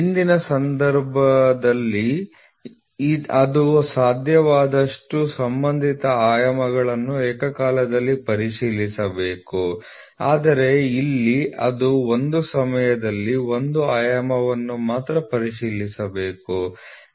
ಹಿಂದಿನ ಸಂದರ್ಭದಲ್ಲಿ ಅದು ಸಾಧ್ಯವಾದಷ್ಟು ಸಂಬಂಧಿತ ಆಯಾಮಗಳನ್ನು ಏಕಕಾಲದಲ್ಲಿ ಪರಿಶೀಲಿಸಬೇಕು ಆದರೆ ಇಲ್ಲಿ ಅದು ಒಂದು ಸಮಯದಲ್ಲಿ ಒಂದು ಆಯಾಮವನ್ನು ಮಾತ್ರ ಪರಿಶೀಲಿಸಬೇಕು